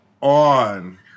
on